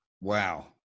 Wow